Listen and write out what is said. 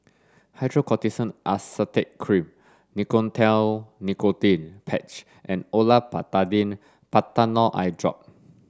Hydrocortisone Acetate Cream Nicotinell Nicotine Patch and Olopatadine Patanol Eyedrop